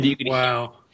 Wow